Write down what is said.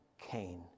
Cain